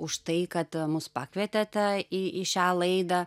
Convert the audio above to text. už tai kad mus pakvietėte į į šią laidą